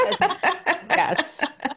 Yes